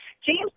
James